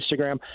Instagram